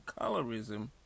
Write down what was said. colorism